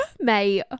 mate